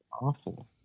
Awful